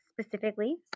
specifically